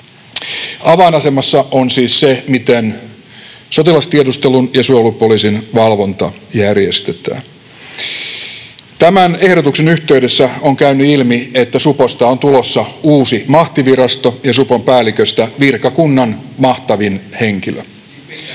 Avainasemassa on siis se, miten sotilastiedustelun ja suojelupoliisin valvonta järjestetään. Tämän ehdotuksen yhteydessä on käynyt ilmi, että suposta on tulossa uusi mahtivirasto ja supon päälliköstä virkakunnan mahtavin henkilö.